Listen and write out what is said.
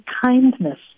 kindness